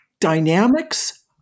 dynamics